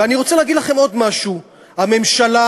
ואני רוצה להגיד לכם עוד משהו: הממשלה,